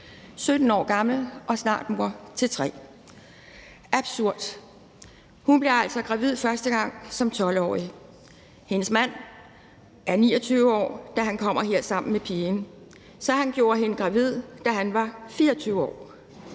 17 år gammel og snart mor til tre. Det er absurd. Hun blev altså gravid første gang som 12-årig. Hendes mand er 29 år, da han kommer her sammen med pigen, så han gjorde hende gravid, da han var 24 år.